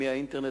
דרך האינטרנט,